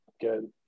good